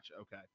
Okay